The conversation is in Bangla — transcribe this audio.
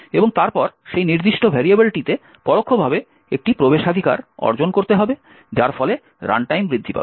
এবং তারপর সেই নির্দিষ্ট ভেরিয়েবলটিতে পরোক্ষভাবে একটি প্রবেশাধিকার অর্জন করতে হবে যার ফলে রানটাইম বৃদ্ধি পাবে